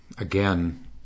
Again